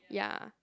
ya